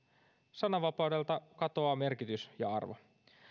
sananvapaudelta katoaa merkitys ja arvo